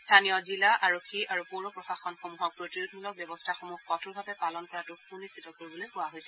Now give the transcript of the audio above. স্থানীয় জিলা আৰক্ষী আৰু পৌৰ প্ৰশাসনসমূহক প্ৰতিৰোধমূলক ব্যৱস্থাসমূহ কঠোৰভাৱে পালন কৰাটো সুনিশ্চিত কৰিবলৈ কোৱা হৈছে